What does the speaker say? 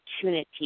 opportunity